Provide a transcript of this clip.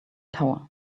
tower